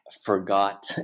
forgot